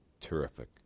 terrific